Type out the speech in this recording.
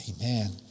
Amen